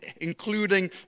including